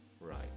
Right